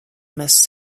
missed